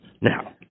Now